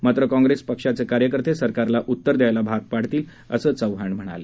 मात्र काँग्रेस पक्षाचे कार्यकर्ते सरकारला उत्तरं द्यायला भाग पाडेल असं चव्हाण म्हणाले